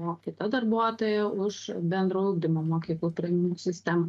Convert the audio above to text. o kita darbuotoja už bendro ugdymo mokyklų priėmimo sistemą